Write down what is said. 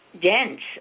dense